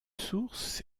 source